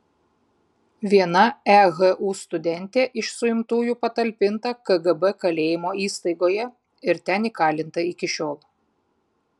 viena ehu studentė iš suimtųjų patalpinta kgb kalėjimo įstaigoje ir ten įkalinta iki šiol